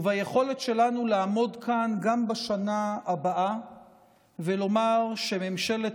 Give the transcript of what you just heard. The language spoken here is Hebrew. וביכולת שלנו לעמוד כאן גם בשנה הבאה ולומר שממשלת